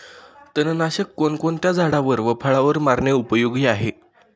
तणनाशक कोणकोणत्या झाडावर व फळावर मारणे उपयोगी आहे?